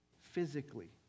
Physically